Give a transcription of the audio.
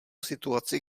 situaci